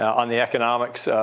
on the economics,